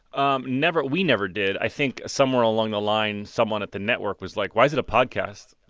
um never. we never did. i think somewhere along the line someone at the network was like, why is it a podcast,